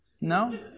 No